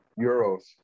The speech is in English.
euros